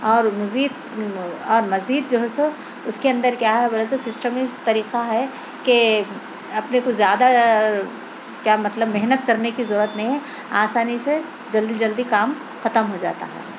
اور مزید اور مزید جو ہے سو اُس کے اندر کیا ہے بولے تو سسٹم ہی طریقہ ہے کہ اپنے کو زیادہ کیا مطلب محنت کرنے کی ضرورت نہیں ہے آسانی سے جلدی جلدی کام ختم ہو جاتا ہے